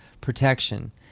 protection